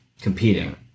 competing